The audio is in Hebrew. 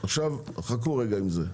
עכשיו חכו רגע עם זה.